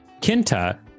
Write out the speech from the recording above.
Kinta